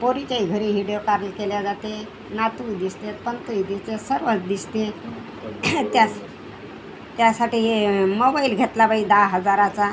पोरीच्याही घरी हिडियो कॉली केला जातो नातू दिसतात पणतूही दिसतात सर्वच दिसतात त्यास त्यासाठी हे मोबाईल घेतला बाई दहा हजाराचा